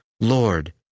Lord